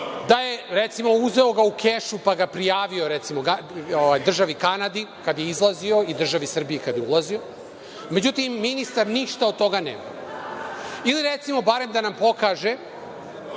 da je, recimo, uzeo ga u kešu, pa ga prijavio, recimo, državi Kanadi kad je izlazio i državi Srbiji kad je ulazio. Međutim, ministar ništa od toga nema. Ili, recimo, barem da nam pokaže